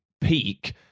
peak